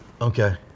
Okay